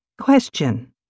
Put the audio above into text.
Question